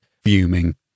fuming